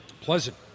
Pleasant